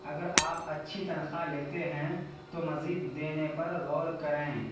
اگر آپ اچھی تنخواہ لیتے ہیں تو مزید دینے پر غور کریں